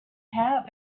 have